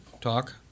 talk